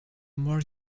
more